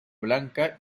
blanca